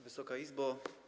Wysoka Izbo!